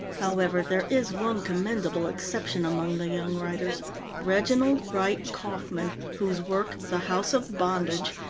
however, there is one commendable exception among the young writers reginald wright kauffman, whose work, the house of bondage,